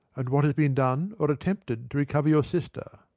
and what has been done, or attempted, to recover your sister?